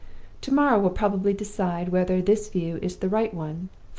to-morrow will probably decide whether this view is the right one,